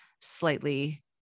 slightly